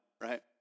right